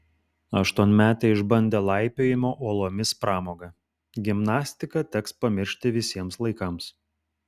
aštuonmetė išbandė laipiojimo uolomis pramogą gimnastiką teks pamiršti visiems laikams